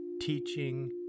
teaching